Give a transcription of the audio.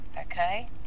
okay